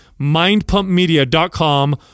mindpumpmedia.com